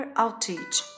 outage